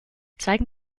zeigen